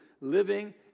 living